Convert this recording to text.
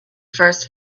first